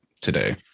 today